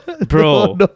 bro